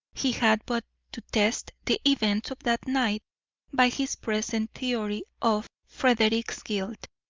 he had but to test the events of that night by his present theory of frederick's guilt,